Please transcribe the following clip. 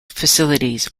facilities